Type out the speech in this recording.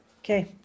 Okay